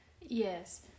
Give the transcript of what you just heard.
Yes